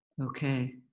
Okay